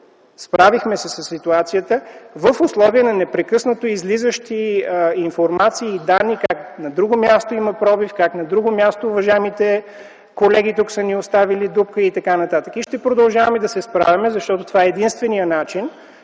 Справихме се със ситуацията в условия на непрекъснато излизащи информации и данни – как на друго място има пробив, как на друго място уважаемите колеги тук са ни оставили дупка и така нататък. Ще продължаваме да се справяме, защото това е единственият начин